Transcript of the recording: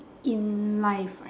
in life right